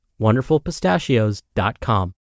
WonderfulPistachios.com